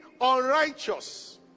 unrighteous